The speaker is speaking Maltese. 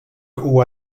huwa